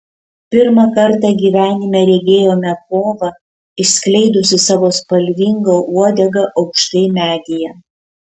pirmą kartą gyvenime regėjome povą išskleidusį savo spalvingą uodegą aukštai medyje